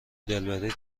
دلبری